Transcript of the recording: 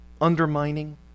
undermining